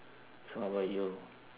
so how about you